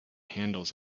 handles